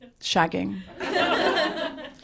shagging